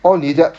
now 你的